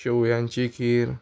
शेवयांची खीर